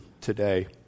today